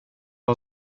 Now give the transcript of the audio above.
har